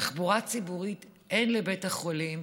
תחבורה ציבורית אין לבית החולים.